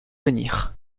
venir